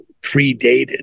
predated